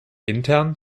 internen